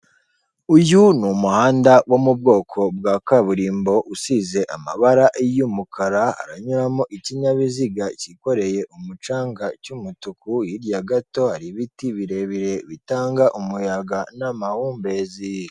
Uyu ni umuhanda wo mu bwoko bwa kaburimbo usize amabara y'umukara haranyuramo ikinyabiziga cyikoreye umucanga cy'umutuku, hirya gato hari ibiti birebire bitanga umuyaga n'amahumbezi.